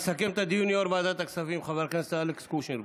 יסכם את הדיון יו"ר ועדת הכספים חבר הכנסת אלכס קושניר.